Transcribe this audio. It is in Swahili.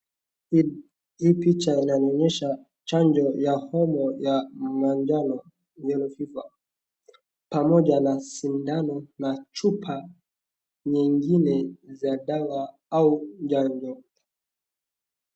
Hii picha inaonyesha chanjo ya homa ya manjano yellow fever pamoja na sindano na chupa nyingine za dawa au chanjo.